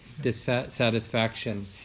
dissatisfaction